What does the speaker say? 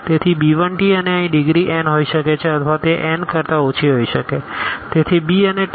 તેથી b1t અને અહીં ડિગ્રી n હોઈ શકે છે અથવા તે n કરતા ઓછી હોઇ શકે છે તેથીb અને tn